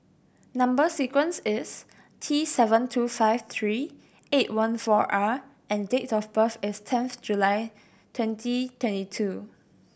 number sequence is T seven two five three eight one four R and date of birth is tenth July twenty twenty two